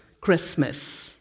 Christmas